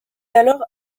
alors